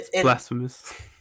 blasphemous